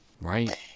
right